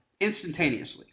instantaneously